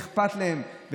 אכפת להם,